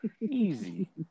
Easy